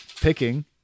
picking